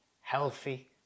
healthy